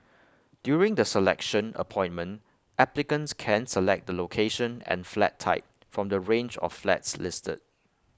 during the selection appointment applicants can select the location and flat type from the range of flats listed